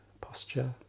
posture